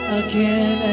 again